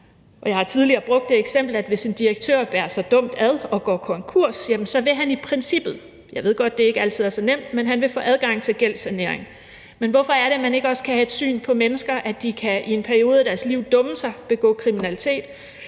Jeg har tidligere brugt det eksempel, at hvis en direktør bærer sig dumt ad og går konkurs, vil han i princippet – jeg ved godt, at det ikke altid er så nemt – få adgang til gældssanering, men hvorfor er det, at man ikke også kan have det syn på andre mennesker, at de i en periode af deres liv kan dumme sig, begå kriminalitet,